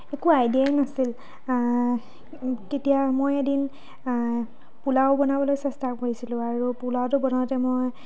একো আইডিয়াই নাছিল তেতিয়া মই এদিন পোলাও বনাবলৈ চেষ্টা কৰিছিলোঁ আৰু পোলাওটো বনাওঁতে মই